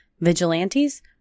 Vigilantes